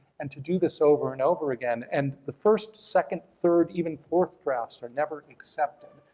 and to do this over and over again. and the first, second, third, even fourth drafts are never accepted.